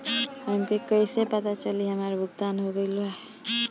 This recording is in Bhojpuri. हमके कईसे पता चली हमार भुगतान हो गईल बा?